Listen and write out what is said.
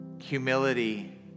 Humility